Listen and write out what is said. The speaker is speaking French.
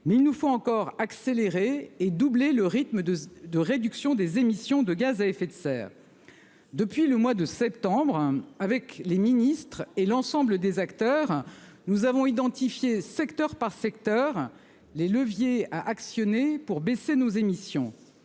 Mais il nous faut encore accélérer et doubler le rythme de de réduction des émissions de gaz à effet de serre. Depuis le mois de septembre avec les ministres et l'ensemble des acteurs. Nous avons identifié, secteur par secteur les leviers à actionner pour baisser nos émissions